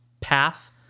Path